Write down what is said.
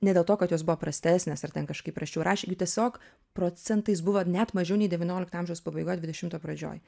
ne dėl to kad jos buvo prastesnės ar ten kažkaip prasčiau rašė jų tiesiog procentais buvo net mažiau nei devyniolikto amžiaus pabaigoj dvidešimto pradžioj